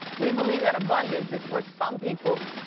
we believe that abundance is for some people.